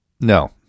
No